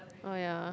oh ya